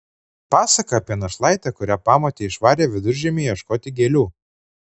pasaka apie našlaitę kurią pamotė išvarė viduržiemį ieškoti gėlių